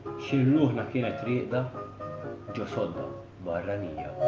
ruhna kienet rieqda go sodda barranija